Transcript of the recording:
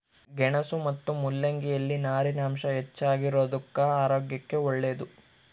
ಗೆಣಸು ಮತ್ತು ಮುಲ್ಲಂಗಿ ಯಲ್ಲಿ ನಾರಿನಾಂಶ ಹೆಚ್ಚಿಗಿರೋದುಕ್ಕ ಆರೋಗ್ಯಕ್ಕೆ ಒಳ್ಳೇದು